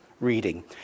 reading